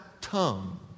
tongue